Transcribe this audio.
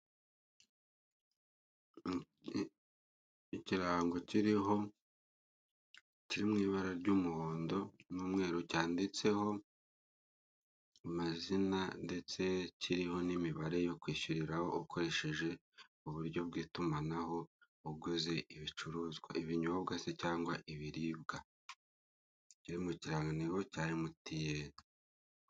Ikirango kiriho kiri mu ibara ry'umuhondo n'umweru cyanditse amazina ndetse kiriho n'imibare yo kwishyuriraho ukoresheje uburyo bw'itumanaho uguze ibicuruzwa ibinyobwa se n'ibiribwa, byo mu ikirango cya emutiyene.